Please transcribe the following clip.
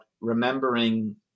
remembering